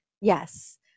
Yes